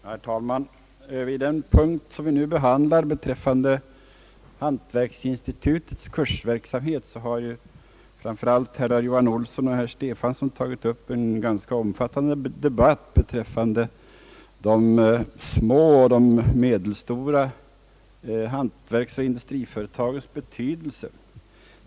Herr talman! Under den punkt som vi nu behandlar, nämligen bidrag till hantverksinstitutets kursverksamhet, har herrar Johan Olsson och Stefanson tagit upp en ganska omfattande debatt beträffande de små och medelstora hantverksoch industriföretagens betydelse.